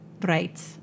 Right